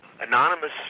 anonymous